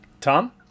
Tom